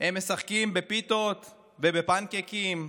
הם משחקים בפיתות ובפנקייקים,